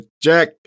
Jack